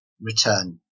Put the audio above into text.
return